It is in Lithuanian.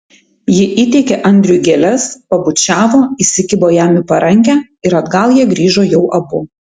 ji įteikė andriui gėles pabučiavo įsikibo jam į parankę ir atgal jie grįžo jau abu